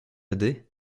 aidé